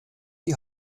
die